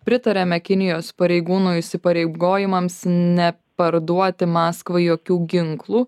pritariame kinijos pareigūnų įsipareigojimams ne parduoti maskvai jokių ginklų